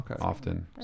often